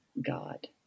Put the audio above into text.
God